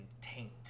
taint